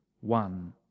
one